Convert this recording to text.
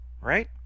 right